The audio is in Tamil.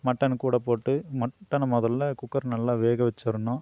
மட்டன்னு கூட போட்டு மட்டனை முதல்ல குக்கர் நல்லா வேக வச்சிருணும்